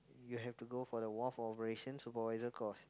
you have to go for the wharf operation supervisor course